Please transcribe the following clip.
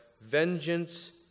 vengeance